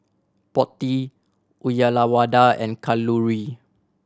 Potti Uyyalawada and Kalluri